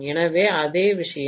எனவே அதே விஷயம்